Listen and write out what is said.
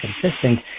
consistent